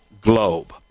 globe